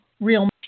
real